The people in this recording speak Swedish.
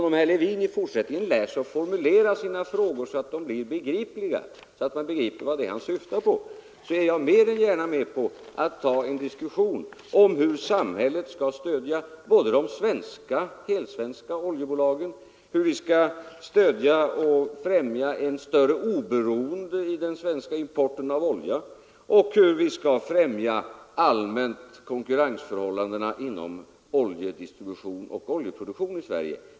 Om herr Levin i fortsättningen lär sig formulera sina frågor så att man begriper vad det är han syftar på, så är jag mer än gärna med på att ta en diskussion om hur samhället skall stödja de svenska oljebolagen, medverka till större oberoende i den svenska importen av olja och allmänt främja konkurrensförhållandena inom oljedistribution och oljeproduktion i Sverige.